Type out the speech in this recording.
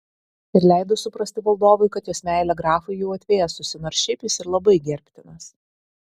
ir leido suprasti valdovui kad jos meilė grafui jau atvėsusi nors šiaip jis ir labai gerbtinas